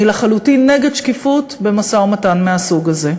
אני לחלוטין נגד שקיפות במשא-ומתן מהסוג הזה.